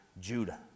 Judah